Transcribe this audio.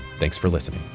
thanks for listening